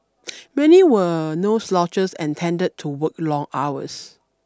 many were no slouches and tended to work long hours